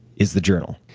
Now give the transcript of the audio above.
is the journal.